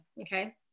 Okay